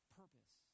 purpose